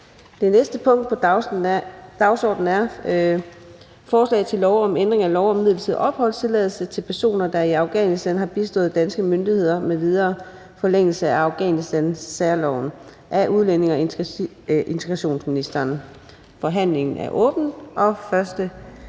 behandling af lovforslag nr. L 41: Forslag til lov om ændring af lov om midlertidig opholdstilladelse til personer, der i Afghanistan har bistået danske myndigheder m.v. (Forlængelse af Afghanistansærloven). Af udlændinge- og integrationsministeren (Kaare Dybvad